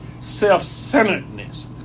Self-centeredness